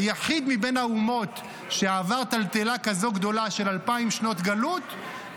היחיד מבין האומות שעבר טלטלה כזו גדולה של אלפיים שנות גלות,